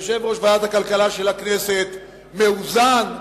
יושב-ראש ועדת הכלכלה של הכנסת, מאוזן.